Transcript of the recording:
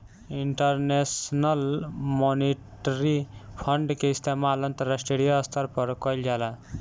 international monetary fund के इस्तमाल अंतरराष्ट्रीय स्तर पर कईल जाला